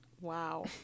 Wow